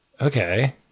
okay